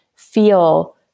Feel